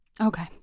Okay